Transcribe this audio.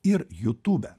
ir jutube